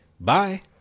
Bye